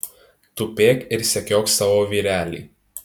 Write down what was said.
tupėk ir sekiok savo vyrelį